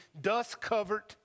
dust-covered